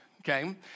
okay